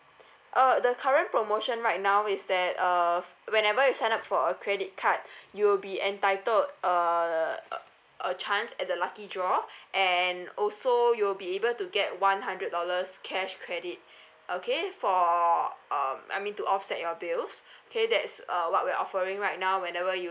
uh the current promotion right now is that uh whenever you sign up for a credit card you will be entitled a a a chance at the lucky draw and also you'll be able to get one hundred dollars cash credit okay for um I mean to offset your bills okay that's uh what we're offering right now whenever you